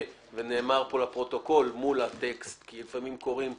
ונאמר כאן לפרוטוקול מול הטקסט כי לפעמים קורים דברים,